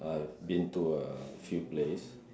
I've been to a few place